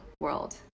world